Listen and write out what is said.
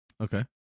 Okay